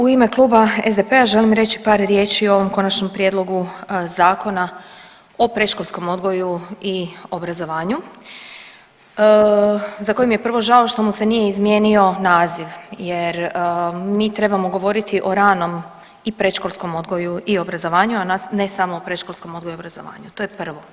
U ime Kluba SDP-a želim reći par riječi o ovom konačnom prijedlogu Zakona o predškolskom odgoju i obrazovanju za koji mi je prvo žao što mu se nije izmijenio naziv jer mi trebamo govoriti o ranom i predškolskom odgoju i obrazovanju, a ne samo o predškolskom odgoju i obrazovanu, to je prvo.